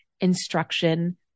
instruction